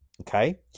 Okay